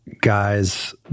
guys